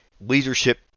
Leadership